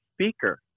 speaker